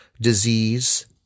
Disease